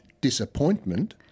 disappointment